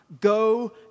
Go